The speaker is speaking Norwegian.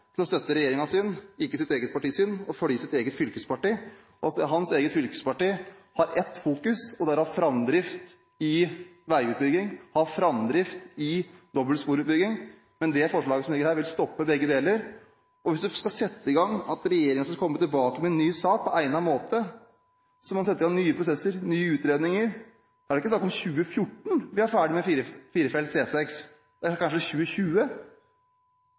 til å støtte regjeringens syn, ikke sitt eget partis syn, for hans eget fylkesparti har ett fokus, og det er å ha framdrift i veiutbygging og ha framdrift i dobbeltsporutbygging. Det forslaget som ligger her, vil stoppe begge deler. Hvis regjeringen skal komme tilbake med en ny sak på egnet måte, må man sette i gang nye prosesser, nye utredninger. Da er det ikke snakk om å være ferdig med firefelts E6 i 2014, det er kanskje 2020.